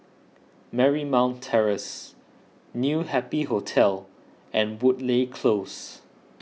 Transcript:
Marymount Terrace New Happy Hotel and Woodleigh Close